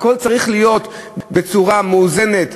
הכול צריך להיות בצורה מאוזנת,